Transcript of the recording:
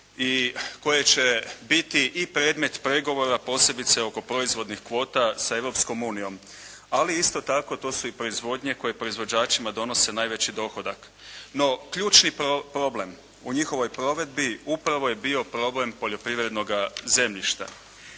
koje će biti i predmet pregovora posebice oko proizvodnih kvota sa Europskom unijom, ali isto tako to su i proizvodnje koje proizvođačima donose najveći dohodak. No, ključni problem u njihovoj provedbi upravo je bio problem poljoprivrednoga zemljišta.